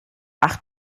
ach